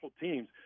teams